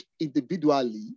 individually